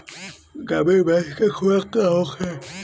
गाभिन भैंस के खुराक का होखे?